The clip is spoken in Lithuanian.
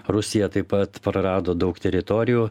rusija taip pat prarado daug teritorijų